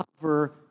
cover